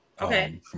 Okay